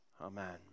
Amen